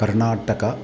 कर्नाटकः